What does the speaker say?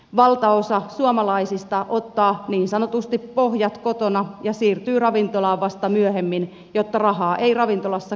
valtaosa suomalaisista ottaa niin sanotusti pohjat kotona ja siirtyy ravintolaan vasta myöhemmin jotta rahaa ei ravintolassa kulu niin paljon